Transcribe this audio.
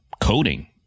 coding